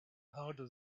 harder